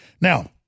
Now